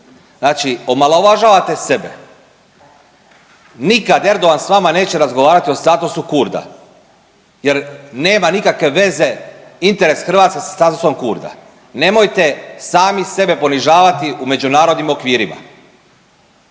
Znači omalovažavate sebe. Nikad Erdogan s vama neće razgovarati o statusu Kurda jer nema nikakve veze interes Hrvatske sa statusom Kurda. Nemojte sami sebe ponižavati u međunarodnim okvirima.